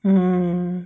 mm